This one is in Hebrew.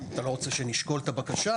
אתה לא רוצה שנשקול את הבקשה?